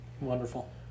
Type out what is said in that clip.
Wonderful